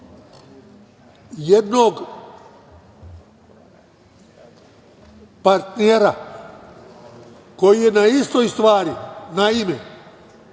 jednog partnera koji je na istoj stvari. Naime,